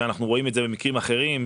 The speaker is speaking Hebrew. ואנחנו רואים את זה במקרים אחרים,